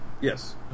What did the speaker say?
Yes